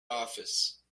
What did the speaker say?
office